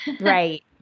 Right